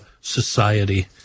society